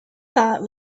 thought